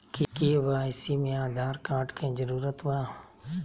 KYC में Aadhaar card के जरूरत बा?